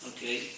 Okay